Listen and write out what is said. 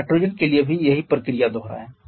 nitrogen के लिए भी यही प्रक्रिया दोहराएं